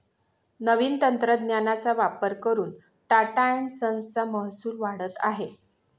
नवीन तंत्रज्ञानाचा वापर करून टाटा एन्ड संस चा महसूल वाढत आहे